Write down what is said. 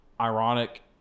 ironic